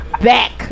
back